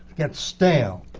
gets stale,